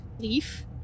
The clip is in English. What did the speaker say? Leaf